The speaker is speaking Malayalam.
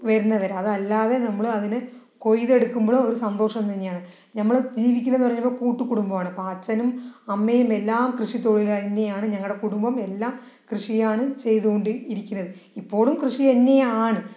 വരുന്നവരെ അത് അല്ലാതെ നമ്മള് അതിനെ കൊയ്തെടുക്കുമ്പോഴും ഒര് സന്തോഷം തന്നെയാണ് ഞമ്മള് ജീവിക്കുന്നതെന്ന് പറഞ്ഞപ്പോൾ കൂട്ടുകുടുംബമാണ് അപ്പോൾ അച്ഛനും അമ്മയും എല്ലാം കൃഷിത്തൊഴിൽ തന്നെയാണ് ഞങ്ങളുടെ കുടുംബവും എല്ലാം കൃഷിയാണ് ചെയ്തു കൊണ്ട് ഇരിക്കുന്നത് ഇപ്പോഴും കൃഷിയെന്നെയാണ്